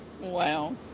Wow